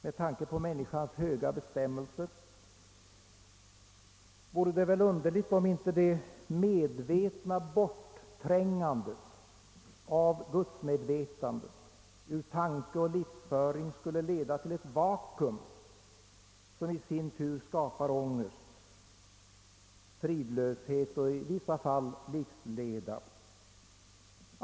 Med tanke på människans höga bestämmelse vore det underligt om inte bortträngandet av gudsmevetandet ur tanke och livsföring skulle leda till ett vakuum, som i sin tur skapar ångest, fridlöshet och i vissa fall livsleda.